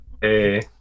hey